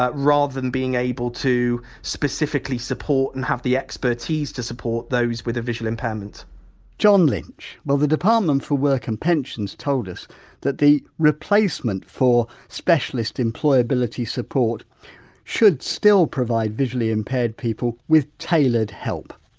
ah rather than being able to specifically support and have the expertise to support those with a visual impairment john lynch, well the department for work and pensions told us that the replacement for specialist employability support should still provide visually impaired people with tailored help.